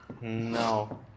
No